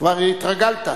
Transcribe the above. כבר התרגלת.